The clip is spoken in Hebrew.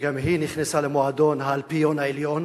וגם היא נכנסה למועדון האלפיון העליון